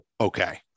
Okay